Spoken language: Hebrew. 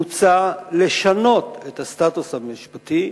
מוצע לשנות את הסטטוס המשפטי,